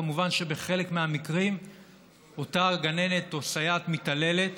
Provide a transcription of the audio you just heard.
כמובן שבחלק מהמקרים אותה גננת או סייעת מתעללת